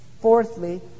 Fourthly